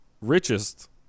richest